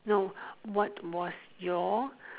no what was your